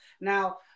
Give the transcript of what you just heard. Now